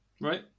Right